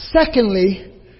Secondly